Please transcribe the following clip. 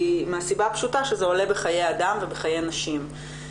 מהסיבה הפשוטה שזה עולה בחיי אדם ובחיי נשים.